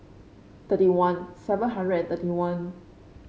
thirty one seven hundred and thirty one